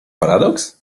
paradoks